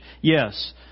yes